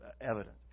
evident